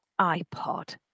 iPod